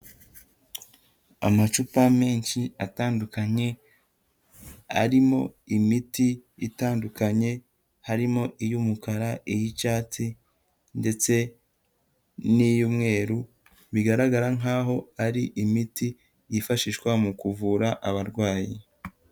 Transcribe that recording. Amacupa menshi atandukanye arimo imiti itandukanye, harimo iy'umukara, iy'icyatsi ndetse n'iy'umweru, bigaragara nkaho ari imiti yifashishwa mu kuvura abarwayi.